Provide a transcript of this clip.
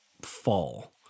fall